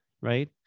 right